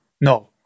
No